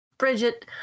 Bridget